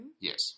Yes